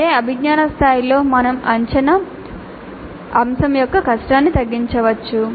అదే అభిజ్ఞా స్థాయిలో మేము అంచనా అంశం యొక్క కష్టాన్ని తగ్గించవచ్చు